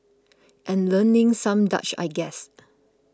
and learning some Dutch I guess